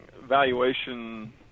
Valuation